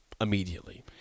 immediately